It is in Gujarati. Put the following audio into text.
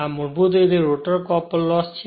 આ મૂળભૂત રીતે રોટર કોપર લોસ છે